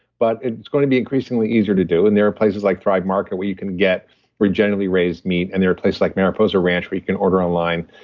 but it's going to be increasingly easier to do, and there are places like thrive market where you can get regeneratively raised meat, and there are places like mariposa ranch where you can order online.